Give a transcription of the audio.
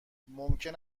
ممکن